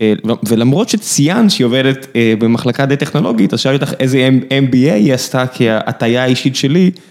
ולמרות שציינת שהיא עובדת במחלקה די טכנולוגית, אז שאלתי אותך איזה MBA היא עשתה, כי ההטייה האישית שלי.